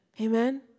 Amen